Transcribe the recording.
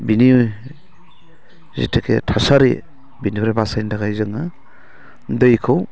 बिनि जिथुखे थासारि बेनिफ्राय बासायनो थाखाय जोङो दैखौ